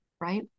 right